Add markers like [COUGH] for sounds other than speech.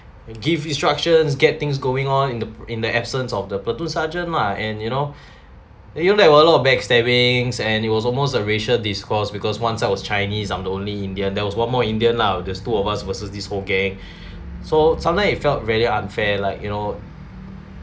give instructions get things going on in the in the absence of the platoon sergeant lah and you know [BREATH] you know there were a lot of backstabbings and it was almost a racial discourse because one side was chinese I'm the only indian there was one more indian lah just two of us versus this whole gang [BREATH] so sometimes I felt really unfair like you know